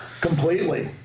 completely